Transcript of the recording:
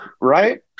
Right